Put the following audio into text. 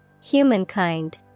Humankind